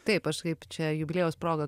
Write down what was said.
taip aš kaip čia jubiliejaus proga